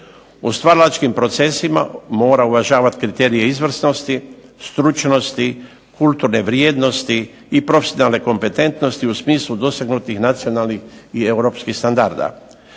U stvaralačkim procesima mora uvažavati kriterije izvrsnosti, stručnosti, kulturne vrijednosti i profesionalne kompetentnosti u smislu dosegnutih nacionalnih i europskih standarda.